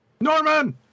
Norman